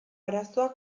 arazoa